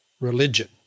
religion